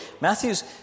Matthew's